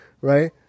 right